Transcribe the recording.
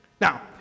Now